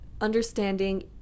understanding